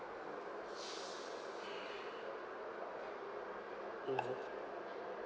mmhmm